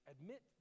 admit